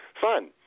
fun